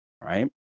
right